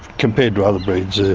compared to other breeds, ah